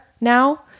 now